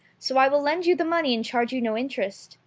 so i will lend you the money and charge you no interest.